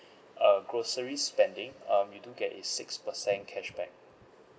uh grocery spending uh you do get a six percent cashback